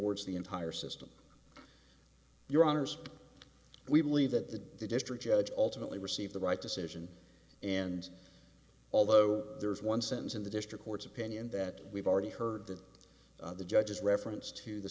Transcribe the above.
ignores the entire system your honour's we believe that the district judge ultimately received the right decision and although there's one sentence in the district court's opinion that we've already heard that the judges reference to the